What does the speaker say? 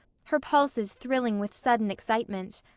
her pulses thrilling with sudden excitement.